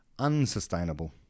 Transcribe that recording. unsustainable